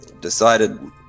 decided